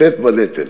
לשאת בנטל.